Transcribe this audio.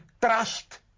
trust